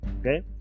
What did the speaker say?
Okay